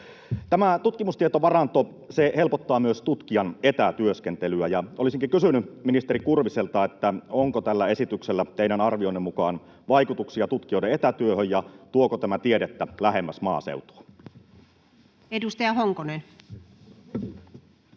Tämä tutkimustietovaranto helpottaa myös tutkijan etätyöskentelyä, ja olisinkin kysynyt ministeri Kurviselta: onko tällä esityksellä teidän arvionne mukaan vaikutuksia tutkijoiden etätyöhön, ja tuoko tämä tiedettä lähemmäs maaseutua? Edustaja Honkonen.